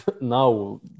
now